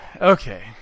okay